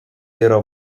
yra